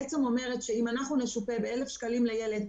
התכנית אומרת שאם נשופה ב-1,000 שקלים לילד,